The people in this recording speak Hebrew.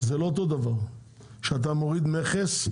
זה לא אותו דבר שאתה מוריד מכס,